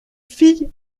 fille